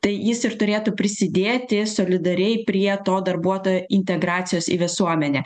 tai jis ir turėtų prisidėti solidariai prie to darbuotoj integracijos į visuomenę